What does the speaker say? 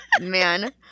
man